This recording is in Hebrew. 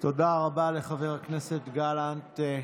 תודה רבה לחבר הכנסת גלנט.